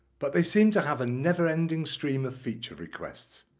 but. they seem to have a never-ending stream of feature requests.